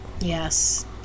yes